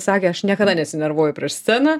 sakė aš niekada nesinervuoju prieš sceną